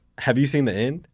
have you seen the end?